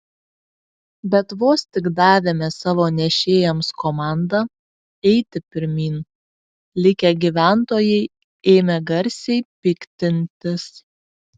bet vos tik davėme savo nešėjams komandą eiti pirmyn likę gyventojai ėmė garsiai piktintis